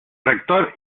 rector